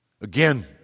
Again